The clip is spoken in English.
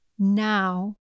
Now